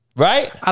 Right